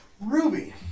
Ruby